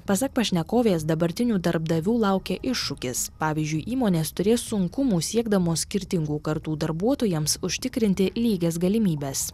pasak pašnekovės dabartinių darbdavių laukia iššūkis pavyzdžiui įmonės turės sunkumų siekdamos skirtingų kartų darbuotojams užtikrinti lygias galimybes